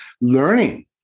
learning